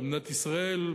במדינת ישראל,